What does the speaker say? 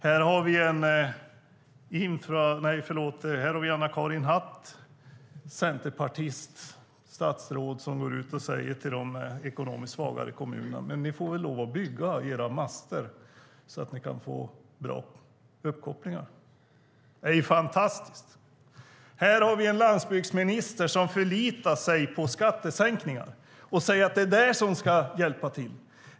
Här har vi Anna-Karin Hatt, centerpartistiskt statsråd, som går ut och säger till de ekonomiskt svagare kommunerna: Men ni får väl lov att bygga era master så att ni kan få bra uppkopplingar. Det är fantastiskt. Här har vi en landsbygdsminister som förlitar sig på skattesänkningar och säger att det är det som ska hjälpa till.